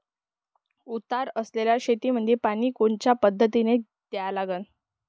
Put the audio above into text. उतार असलेल्या शेतामंदी पानी कोनच्या पद्धतीने द्या लागन?